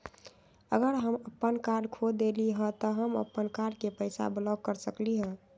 अगर हम अपन कार्ड खो देली ह त हम अपन कार्ड के कैसे ब्लॉक कर सकली ह?